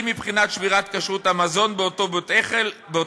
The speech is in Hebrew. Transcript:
אם מבחינת שמירת כשרות המזון באותו בית-אוכל